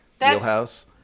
wheelhouse